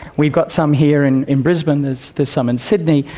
we've got some here and in brisbane, there's there's some in sydney,